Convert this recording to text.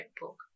notebook